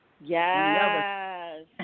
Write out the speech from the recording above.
Yes